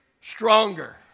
stronger